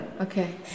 Okay